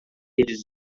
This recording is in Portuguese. eles